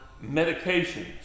medication